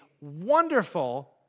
wonderful